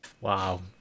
Wow